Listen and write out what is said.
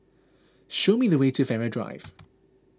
show me the way to Farrer Drive